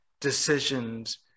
decisions